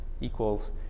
equals